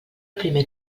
primer